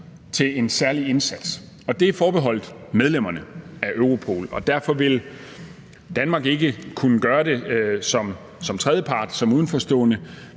til en særlig indsats. Det er forbeholdt medlemmerne af Europol, og derfor vil Danmark ikke kunne gøre det som tredjepart, som udenforstående,